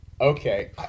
Okay